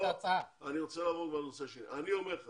אני אומר לך